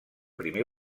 primer